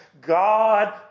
God